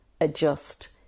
adjust